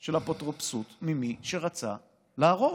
של אפוטרופסות ממי שרצה להרוג,